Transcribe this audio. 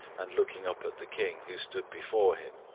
and looking up at the king, who stood before him.